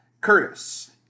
Curtis